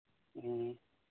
ꯑꯣ